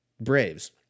Braves